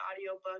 audiobook